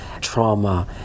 trauma